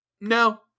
no